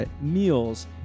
meals